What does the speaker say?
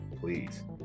please